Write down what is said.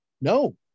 No